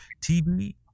TV